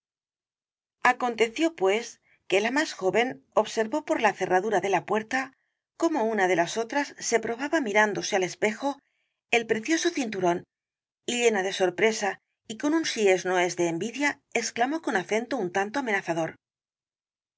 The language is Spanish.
aconteció pues que la más joven observó por la cerradura de la puerta cómo una de las otras se probaba mirándose al espejo el precioso cinturón y llena de sorpresa y con un si es no es de envidia exclamó con acento un tanto amenazador